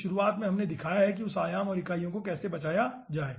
तो शुरुआत में हमने दिखाया है कि उस आयाम और इकाइयों को कैसे बचाया जाए